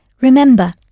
Remember